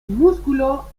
músculo